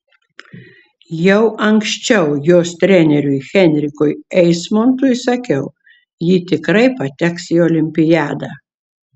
jau anksčiau jos treneriui henrikui eismontui sakiau ji tikrai pateks į olimpiadą